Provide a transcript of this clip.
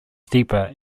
steeper